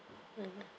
mm